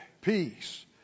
peace